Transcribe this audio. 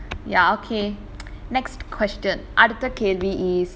ya okay next question அடுத்த கேள்வி ஆமா:adutha kelvi aamaa is